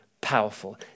powerful